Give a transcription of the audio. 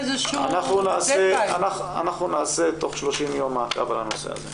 אנחנו נעשה תוך 30 יום מעקב על הנושא הזה.